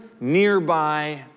nearby